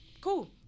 cool